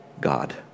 God